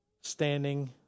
standing